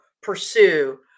pursue